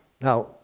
Now